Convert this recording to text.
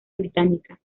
británica